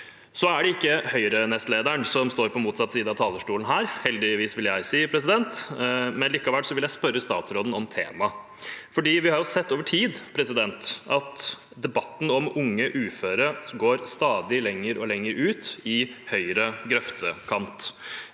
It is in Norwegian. Det er ikke Høyre-nestlederen som står på motsatt side av talerstolen her – heldigvis, vil jeg si – men likevel vil jeg spørre statsråden om temaet fordi vi over tid har sett at debatten om unge uføre går stadig lenger og lenger ut i høyre grøftekant.